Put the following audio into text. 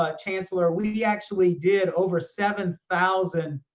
ah chancellor, we actually did over seven thousand,